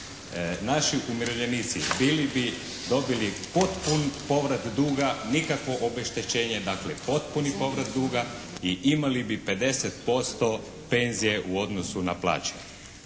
naši umirovljenici bili bi dobili potpun povrat duga, nikakvo obeštećenje. Dakle potpuni povrat duga i imali bi 50% penzije u odnosu na plaće.